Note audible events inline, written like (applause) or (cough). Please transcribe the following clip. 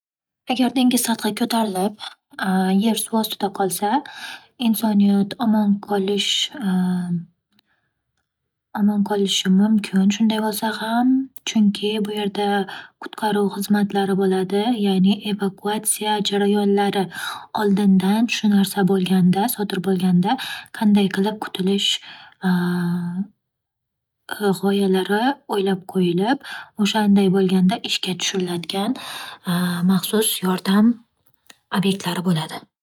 Agar dengiz sathi ko'tarilib, (hesitation) yer suv ostida qolsa, insoniyat omon qolish - (hesitation) omon qolishi mumkin shunday bo'lsa ham. Chunki bu yerda qutqaruv xizmatlari bo'ladi, ya'ni evakuatsiya jarayonlari. Oldindan shu narsa bo'lganda sodir bo'lganda qanday qilib qutilish (hesitation) g'oyalari o'ylab qo'yilib o'shanday bo'lganda ishga tushiriladigan (hesitation) maxsus yordam obyektlari bo'ladi.